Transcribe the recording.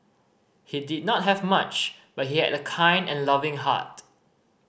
he did not have much but he had a kind and loving heart